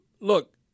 Look